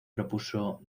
propuso